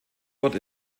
dort